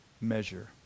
measure